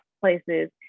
places